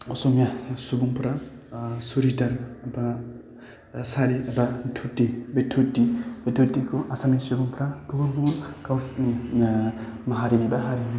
असमिया सुबुंफोरा सुरिदार बा सारि एबा धुथि बे धुथि बे धुथिखौ आसामिस सुबुंफ्रा गुबुन गुबुन गावसिनि माहारि एबा हारिमु